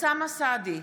אוסאמה סעדי,